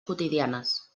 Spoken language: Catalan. quotidianes